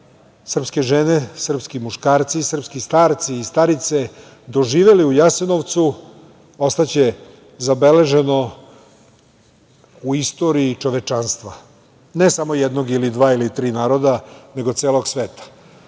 srpske žene, srpski muškarci, srpski starci i starice, doživeli u Jasenovcu ostaće zabeleženo u istoriji čovečanstva, ne samo jednog, dva ili tri naroda, nego celog sveta. Mi